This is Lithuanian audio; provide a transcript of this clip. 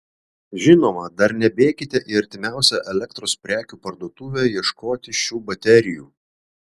žinoma dar nebėkite į artimiausią elektros prekių parduotuvę ieškoti šių baterijų